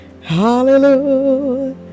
Hallelujah